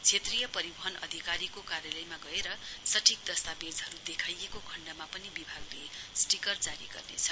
क्षेत्रीय परिवहन अधिकारीको कार्यालयमा गएर सठीक दस्तावेजहरु देखाइएको खण्डमा पनि विभागले स्टिकर जारी गर्नेछ